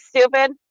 stupid